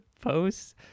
posts